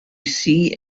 see